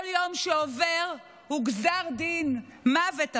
כל יום שעובר הוא גזר דין מוות עבורם.